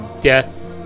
death